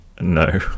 No